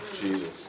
Jesus